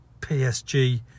PSG